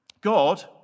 God